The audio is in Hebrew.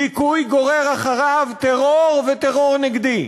דיכוי גורר אחריו טרור וטרור נגדי,